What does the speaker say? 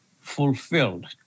fulfilled